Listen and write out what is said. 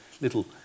little